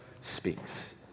speaks